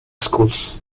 schools